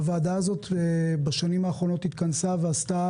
הוועדה הזאת בשנים האחרונות התכנסה ועשתה